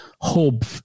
hub